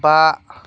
बा